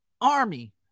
army